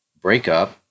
breakup